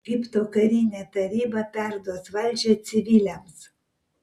egipto karinė taryba perduos valdžią civiliams